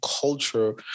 culture